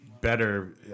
better